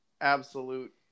absolute